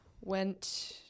went